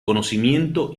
conocimiento